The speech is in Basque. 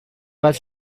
bat